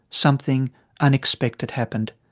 something unexpected happened.